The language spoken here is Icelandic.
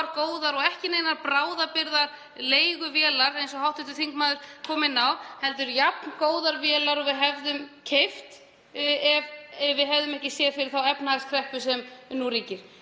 og ekki neinar bráðabirgðaleiguvélar eins og hv. þingmaður kom inn á heldur jafngóðar vélar og við hefðum keypt ef við hefðum ekki séð fyrir þá efnahagskreppu sem nú ríkir.